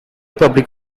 public